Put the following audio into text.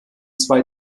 zwei